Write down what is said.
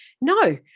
No